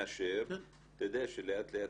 מאשר שלאט-לאט,